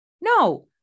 No